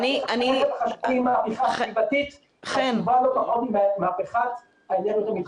המהפכה החברתית חשובה לא פחות ממהפכת האנרגיות המתחדשות.